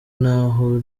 naho